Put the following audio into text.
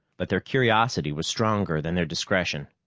but their curiosity was stronger than their discretion,